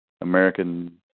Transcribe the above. American